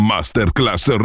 Masterclass